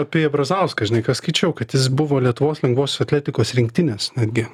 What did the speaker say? apie brazauską žinai ką skaičiau kad jis buvo lietuvos lengvosios atletikos rinktinės netgi